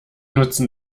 nutzen